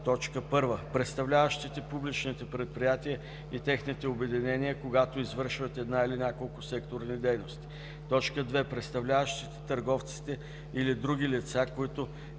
са: 1. представляващите публичните предприятия и техни обединения, когато извършват една или няколко секторни дейности; 2. представляващите търговците или други лица, които